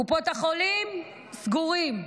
קופות החולים סגורות,